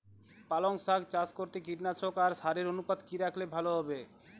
পালং শাক চাষ করতে কীটনাশক আর সারের অনুপাত কি রাখলে ভালো হবে?